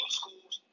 schools